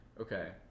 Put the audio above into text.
Okay